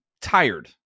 tired